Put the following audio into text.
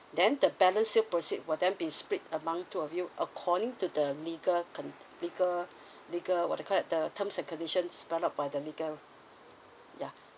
then the balance sale proceed will then be split among two of you according to the legal con~ legal legal what they called it the terms and conditions by the legal ya